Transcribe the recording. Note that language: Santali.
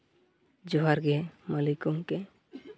ᱡᱚᱦᱟᱨ ᱜᱮ ᱢᱟᱹᱞᱤᱠ ᱜᱚᱢᱠᱮ